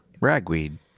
Ragweed